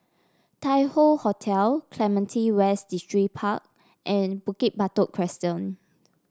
Tai Hoe Hotel Clementi West Distripark and Bukit Batok Crescent